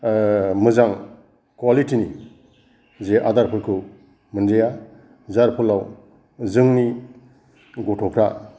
मोजां कुवालिति नि जे आदारफोरखौ मोनजाया जाय फलाव जोंनि गथ'फ्रा